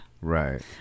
Right